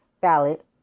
ballot